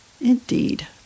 indeed